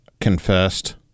confessed